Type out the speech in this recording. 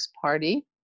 party